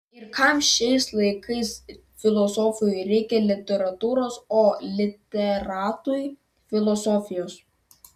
ir kam šiais laikais filosofui reikia literatūros o literatui filosofijos